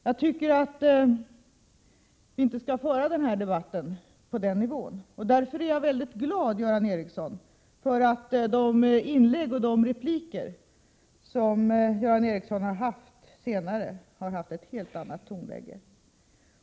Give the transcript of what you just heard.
Jag tycker emellertid att vi inte skall föra den här debatten på den nivån. Därför är jag glad att de repliker som Göran Ericsson har haft senare har haft ett helt annat tonläge.